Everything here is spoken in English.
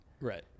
Right